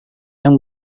yang